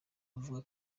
avuga